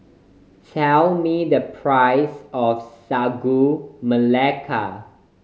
tell me the price of Sagu Melaka